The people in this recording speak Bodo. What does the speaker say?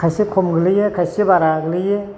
खायसे खम गोग्लैयो खायसे बारा गोग्लैयो